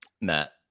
Matt